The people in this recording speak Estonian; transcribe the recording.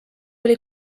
oli